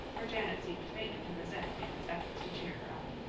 for janet seemed faintly to resent anne's efforts to cheer her up.